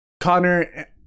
Connor